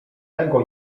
tego